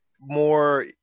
more